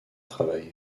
travail